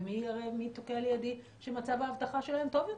ומי ערב שמצב האבטחה שלהם טוב יותר?